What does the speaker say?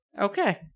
Okay